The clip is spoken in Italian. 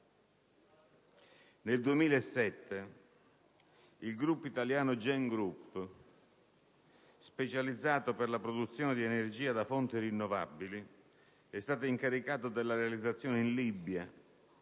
Nel 2007 il gruppo italiano Gengroup, specializzato per la produzione di energia da fonti rinnovabili, è stato incaricato della realizzazione in Libia